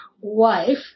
wife